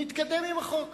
נתקדם עם החוק,